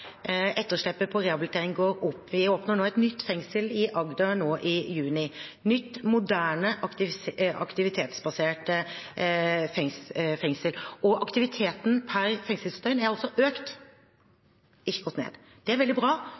etterslepet på rehabilitering også. Vi åpner nå et nytt fengsel i Agder i juni – et nytt, moderne, aktivitetsbasert fengsel. Aktiviteten per fengselsdøgn er altså økt, ikke gått ned. Det er veldig bra,